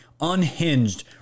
unhinged